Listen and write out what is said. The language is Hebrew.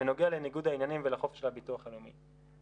בנוגע לניגוד העניינים ולחופש של הביטוח הלאומי.